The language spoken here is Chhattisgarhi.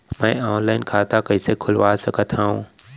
मैं ऑनलाइन खाता कइसे खुलवा सकत हव?